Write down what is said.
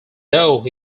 though